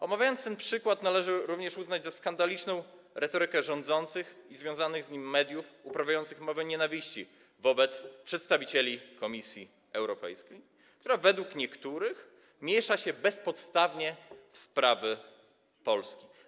Omawiając ten przykład, należy również uznać za skandaliczną retorykę rządzących i związanych z nimi mediów uprawiających mowę nienawiści wobec przedstawicieli Komisji Europejskiej, która według niektórych miesza się bezpodstawnie w sprawy Polski.